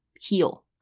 heal